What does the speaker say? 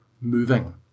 moving